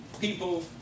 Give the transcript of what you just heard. people